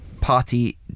party